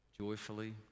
Joyfully